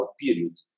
period